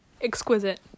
exquisite